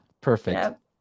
Perfect